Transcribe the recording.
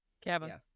Kevin